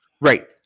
Right